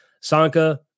Sanka